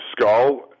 skull